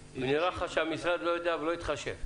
נראה לך שהמשרד לא יודע ולא התחשב.